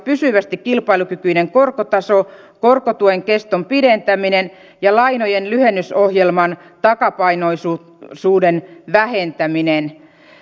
pysyvästi kilpailukykyinen korkotaso korkotuen keston pidentäminen ja lainojen lyhennysohjelman takapainoisuuden vähentäminen